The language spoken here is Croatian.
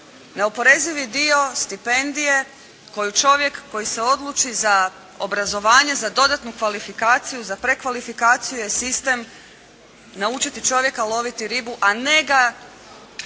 Neoporezivi dio stipendije koju čovjek koji se odluči za obrazovanje, za dodatnu kvalifikaciju, za prekvalifikaciju je sistem naučiti čovjeka loviti ribu, a ne ga